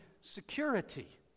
security